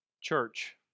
Church